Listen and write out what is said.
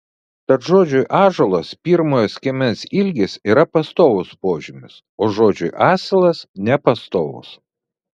tad žodžiui ąžuolas pirmojo skiemens ilgis yra pastovus požymis o žodžiui asilas nepastovus